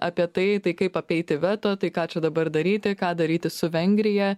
apie tai tai kaip apeiti veto tai ką čia dabar daryti ką daryti su vengrija